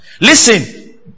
Listen